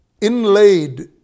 inlaid